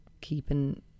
keeping